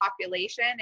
population